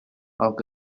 halk